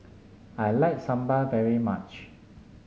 I like Sambar very much